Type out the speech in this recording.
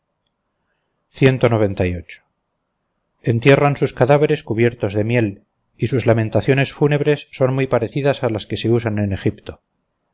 mal que lo aflige entierran sus cadáveres cubiertos de miel y sus lamentaciones fúnebres son muy parecidas a las que se usan en egipto